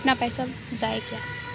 اپنا پیسہ ضائع کیا